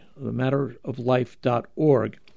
thematteroflife.org